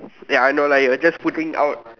ya I know lah you're just putting out